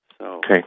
Okay